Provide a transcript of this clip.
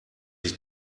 ich